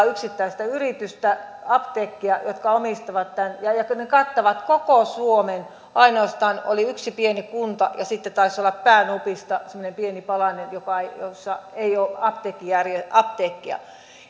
yksittäistä yritystä apteekkia jotka omistavat tämän ja ne kattavat koko suomen ainoastaan oli yksi pieni kunta ja sitten taisi olla päänupista semmoinen pieni palanen jossa ei ole apteekkia